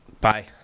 Bye